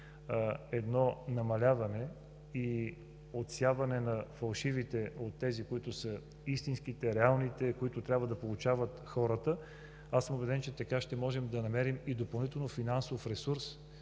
едно намаляване и отсяване на фалшивите от истинските, реалните, които трябва да получават хората, аз съм убеден, че така ще можем да намерим и допълнителен финансов ресурс,